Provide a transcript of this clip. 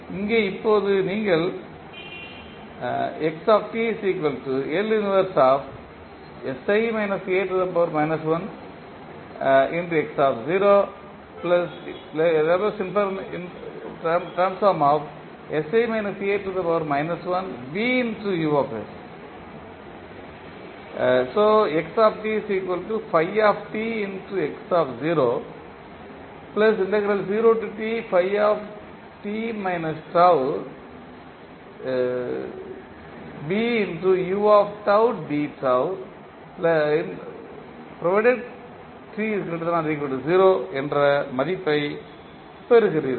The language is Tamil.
எனவே இங்கே இப்போது நீங்கள் என்ற மதிப்பைப் பெறுகிறீர்கள்